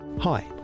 Hi